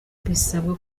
bisabwa